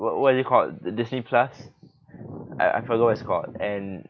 what what do you call the disney plus I I forgot what it's called and